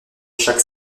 chaque